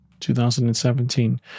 2017